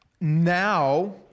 now